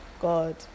God